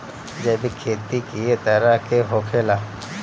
जैविक खेती कए तरह के होखेला?